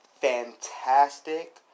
Fantastic